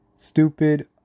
Stupid